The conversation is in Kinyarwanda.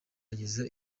ageza